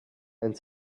and